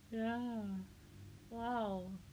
ya !wow!